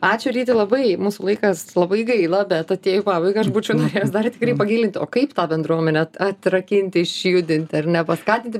ačiū ryti labai mūsų laikas labai gaila bet atėjo pabaiga aš būčiau norėjus dar tikrai pagilinti o kaip tą bendruomenę atrakinti išjudinti ar ne paskatinti